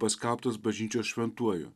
paskelbtas bažnyčios šventuoju